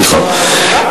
סליחה.